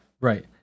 Right